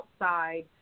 outside